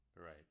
Right